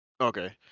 Okay